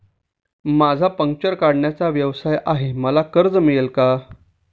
माझा पंक्चर काढण्याचा व्यवसाय आहे मला कर्ज मिळेल का?